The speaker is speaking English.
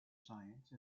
science